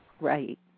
Right